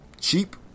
cheap